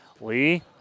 Lee